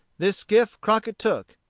this skiff crockett took,